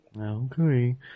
Okay